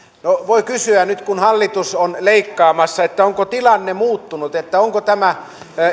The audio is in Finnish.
no voi kysyä nyt kun hallitus on leikkaamassa onko tilanne muuttunut onko tämä